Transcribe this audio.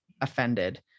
offended